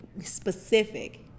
specific